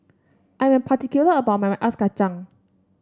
I am particular about my Ice Kachang